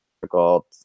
difficult